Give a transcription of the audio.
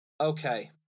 okay